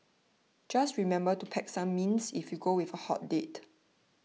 just remember to pack some mints if you go with a hot date